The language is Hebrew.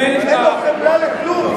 אין לו חמלה לכלום,